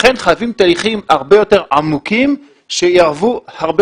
לכן חייבים תהליכים הרבה יותר עמוקים שיערבו הרבה